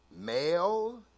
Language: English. Male